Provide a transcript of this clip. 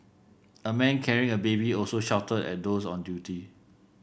a man carrying a baby also shouted at those on duty